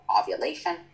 ovulation